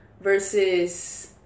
Versus